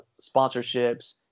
sponsorships